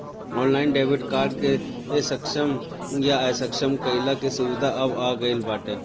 online debit card के सक्षम या असक्षम कईला के सुविधा अब आ गईल बाटे